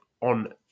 on